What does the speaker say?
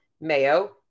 mayo